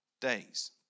days